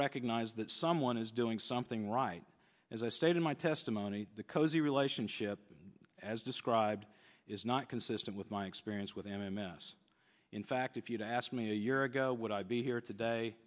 recognize that someone is doing something right as i stated my testimony the cozy relationship as described is not consistent with my experience with m m s in fact if you'd asked me a year ago would i be here today